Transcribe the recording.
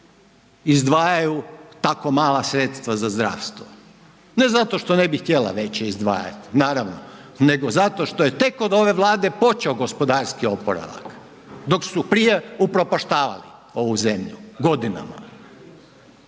izdvajaju tako mala sredstva za zdravstvo, ne zato što ne bi htjela veća izdvajat naravno, nego zato što je tek od ove Vlade počeo gospodarski oporavak dok su prije upropaštavali ovu zemlju godinama.